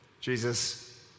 Jesus